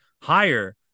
higher